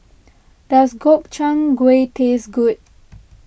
does Gobchang Gui taste good